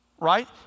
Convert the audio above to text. right